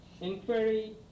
inquiry